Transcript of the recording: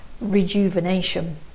rejuvenation